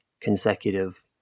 consecutive